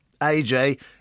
AJ